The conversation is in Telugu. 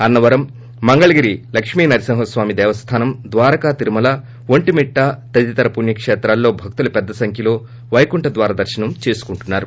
అన్నవరం మంగళగిరి లక్ష్మీ నరసింహ స్వామి దేవస్థానం ద్వారక తిరుమలలో ఒంటిమిట్ట తదితర పుణ్యకేత్రాల్లో భక్తులు పెద్ద సంఖ్యలో వైకుంఠ ద్వార దర్పనం చేసుకుంటున్నారు